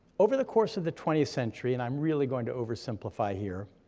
over the course of the twentieth century, and i'm really going to oversimplify here,